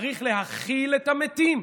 צריך להכיל את המתים.